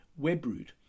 Webroot